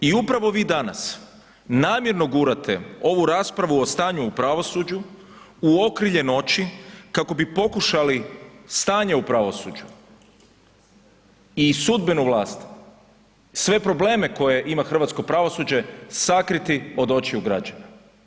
I upravo i vi danas namjerno gurate ovu raspravu o stanju u pravosuđu u okrilje noći kako bi pokušali stanje u pravosuđu i sudbenu vlasti, sve probleme koje ima hrvatsko pravosuđe sakriti od očiju građana.